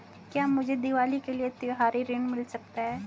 क्या मुझे दीवाली के लिए त्यौहारी ऋण मिल सकता है?